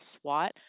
SWAT